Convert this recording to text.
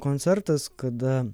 koncertas kada